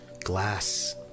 Glass